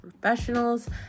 professionals